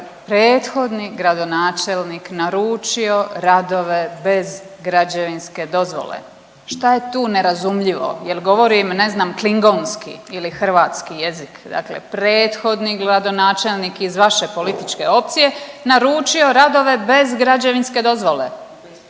prethodni gradonačelnik naručio radove bez građevinske dozvole. Šta je tu nerazumljivo jel govorim ne znam klingonski ili hrvatski jezik? Dakle, prethodni gradonačelnik iz vaše političke opcije naručio radove bez građevinske dozvole